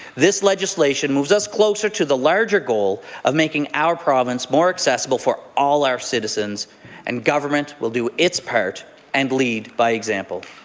this legislation moves us closer to the larger goal of making our province more accessible for all our citizens and government will do its part and lead by example.